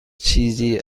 چیزی